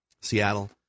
Seattle